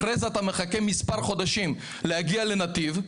אחר כך מחכה עוד כמה חודשים כדי להגיע לנתיב,